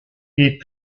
est